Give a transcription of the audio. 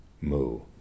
Moo